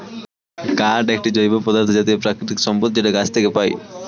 কাঠ একটি জৈব পদার্থ জাতীয় প্রাকৃতিক সম্পদ যেটা গাছ থেকে পায়